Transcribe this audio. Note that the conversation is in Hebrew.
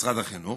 משרד החינוך,